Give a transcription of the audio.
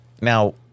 Now